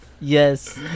Yes